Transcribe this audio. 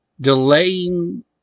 delaying